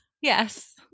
Yes